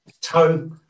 Toe